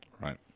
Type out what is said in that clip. Right